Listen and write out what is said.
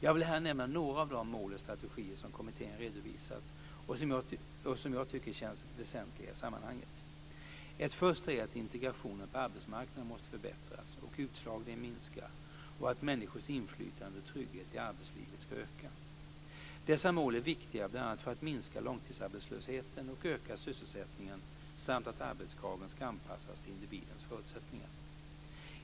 Jag vill här nämna några av de mål och strategier som kommittén redovisat och som jag tycker känns väsentliga i sammanhanget. Ett första är att integrationen på arbetsmarknaden måste förbättras och utslagningen minska och att människors inflytande och trygghet i arbetslivet ska öka. Dessa mål är viktiga bl.a. för att minska långtidsarbetslösheten och öka sysselsättningen samt att arbetskraven ska anpassas till individens förutsättningar.